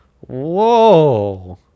Whoa